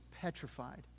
petrified